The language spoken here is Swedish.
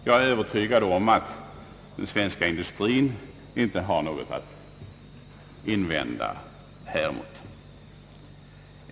Jag är övertygad om att den svenska industrin inte har något att invända häremot.